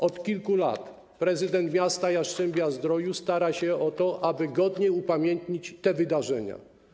Od kilku lat prezydent miasta Jastrzębia-Zdroju stara się o to, aby godnie upamiętnić te wydarzenia.